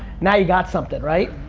now you've got something, right?